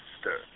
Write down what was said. stir